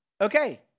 Okay